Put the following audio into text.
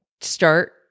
start